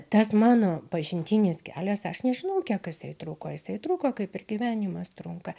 tas mano pažintinis kelias aš nežinau kiek jisai truko jisai truko kaip ir gyvenimas trunka